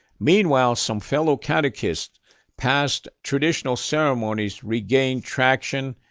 meanwhile, some fellow catechists passed, traditional ceremonies regained traction,